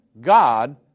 God